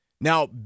Now